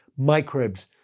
Microbes